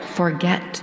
forget